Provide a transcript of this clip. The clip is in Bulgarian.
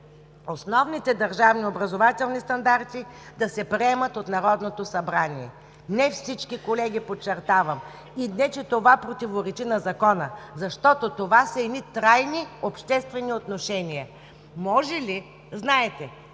основните държавни образователни стандарти да се приемат от Народното събрание, не всички колеги, подчертавам, и не че това противоречи на Закона. Защото това са едни трайни обществени отношения. Знаете,